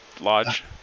lodge